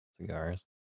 cigars